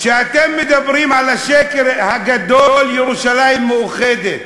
כשאתם מדברים על השקר הגדול: ירושלים מאוחדת,